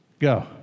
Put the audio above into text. Go